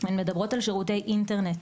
הן מדברות על שירותי אינטרנט.